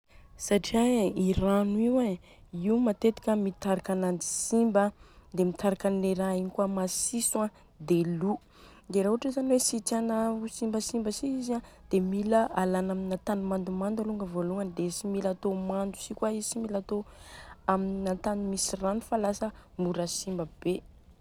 Satria e i rano io e io matetika mitarika ananjy simba a, dia mitarika an le raha igny kôa masiso a dia lo. Dia raha ohatra zany hoe tsy tiana ho simbasimba si izy a dia mila alana amina tany mandomando alônga voaloany dia tsy mila atô mando si kôa izy, tsy mila atô amina tany misy rano fa lasa mora simba be.